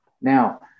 Now